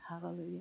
Hallelujah